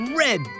red